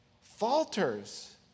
falters